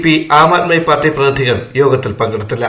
P Aam Aadmi Party പ്രതിനിധികൾ യോഗത്തിൽ പങ്കെടുത്തില്ല